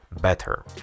better